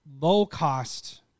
low-cost